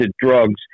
drugs